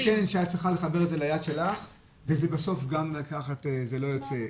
אבל זה התקן שאת צריכה לחבר ליד שלך וזה בסוף גם לקחת זה לא יוצא.